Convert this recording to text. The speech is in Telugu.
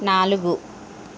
నాలుగు